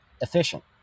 efficient